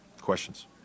Questions